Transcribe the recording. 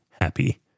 happy